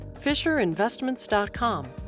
Fisherinvestments.com